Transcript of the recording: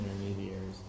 intermediaries